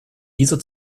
dieser